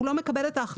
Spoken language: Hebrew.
הוא לא מקבל את ההחלטות.